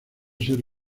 ser